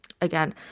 again